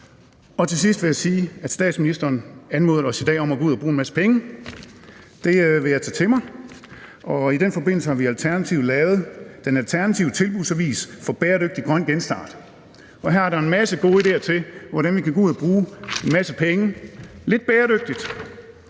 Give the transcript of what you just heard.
Til sidst vil jeg sige: Statsministeren anmodede os i dag om at gå ud og bruge en masse penge. Det vil jeg tage til mig, og i den forbindelse har vi i Alternativet lavet den alternative tilbudsavis for bæredygtig grøn genstart. Her er der en masse gode ideer til, hvordan man kan gå ud og bruge en masse penge lidt bæredygtigt,